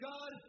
God